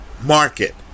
market